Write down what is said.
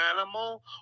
animal